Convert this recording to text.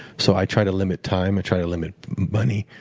so i try to limit time, i try to limit money,